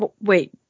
Wait